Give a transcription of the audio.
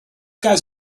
guys